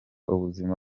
ubuzima